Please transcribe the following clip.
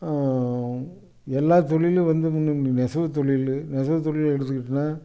எல்லா தொழிலும் வந்து இந்த நெசவுத்தொழில் நெசவு தொழில எடுத்துக்கிட்டோனா